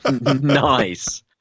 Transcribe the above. Nice